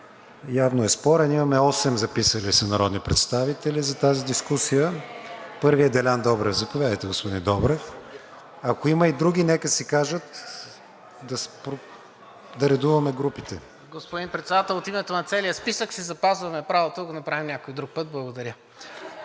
Явно е спорен. Имаме осем записали се народни представители за тази дискусия. Първият е Делян Добрев. Заповядайте, господин Добрев. Ако има и други, нека си кажат, да редуваме групите. ДЕЛЯН ДОБРЕВ (ГЕРБ-СДС): Господин Председател, от името на целия списък си запазваме правото да го направим някой друг път. Благодаря.